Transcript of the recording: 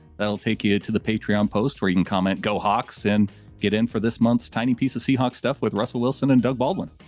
that'll take you to the patrion post where you can comment go hawks and get in for this month. tiny piece of seahawk stuff with russell wilson and doug baldwin.